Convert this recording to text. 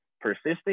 persisting